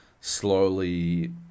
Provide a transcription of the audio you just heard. slowly